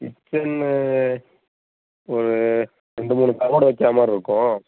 கிச்சன்னு ஒரு ரெண்டு மூணு கப்போர்டு வைக்கிற மாதிரி இருக்கும்